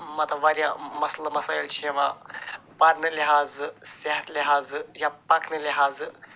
مطلب وارِیاہ مسلہٕ مسٲیل چھِ یِوان پرنہٕ لٮ۪حاظہٕ صحت لٮ۪حاظہٕ یا پکنہٕ لٮ۪حاظہٕ